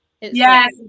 Yes